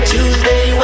Tuesday